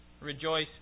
Rejoice